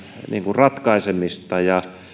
ratkaisemista